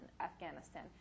Afghanistan